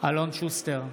אלון שוסטר,